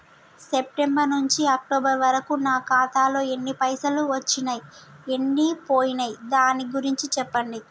September నుంచి October వరకు నా ఖాతాలో ఎన్ని పైసలు వచ్చినయ్ ఎన్ని పోయినయ్ దాని గురించి చెప్పండి?